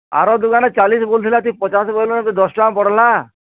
ଆର ଦୁକାନେ ଚାଲିଶ୍ ବୋଲୁଥିଲା ତୁଇ ପଚାଶ୍ ବୋଏଲୁନ ଦଶ୍ ଟଙ୍କା ବଢ଼୍ଲା